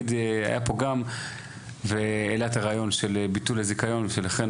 היה פה גם והעלה את הרעיון של ביטול הזיכיון ולכן